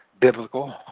biblical